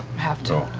have to